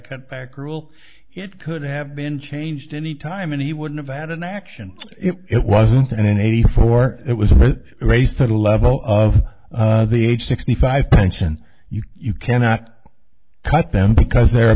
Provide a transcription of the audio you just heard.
cult back rule it could have been changed any time and he wouldn't have had an action it wasn't an eighty four it was a race to the level of the age sixty five pension you cannot cut them because their